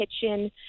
kitchen